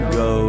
go